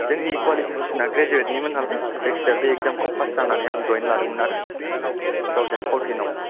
जोंनि कवालिफिखिसना ग्रेजुयेथनिमोन नालाय जायखिया बे इखजामखौ फास जानानै आं जयेन लादों मोन आरो टुथावजेन फरटिन नाव